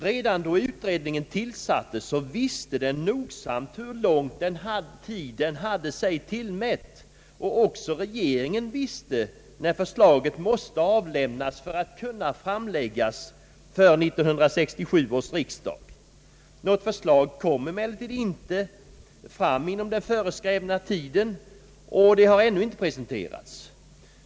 Redan då utredningen tillsattes, visste den nogsamt hur lång tid den hade sig tillmätt, och även regeringen visste när förslaget måste avlämnas för att kunna framläggas för 1967 års riksdag. Något förslag kom emellertid inte fram inom den föreskrivna tiden, och det har ännu inte presenterats.